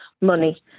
money